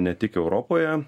ne tik europoje